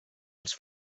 als